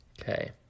Okay